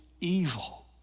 evil